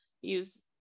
use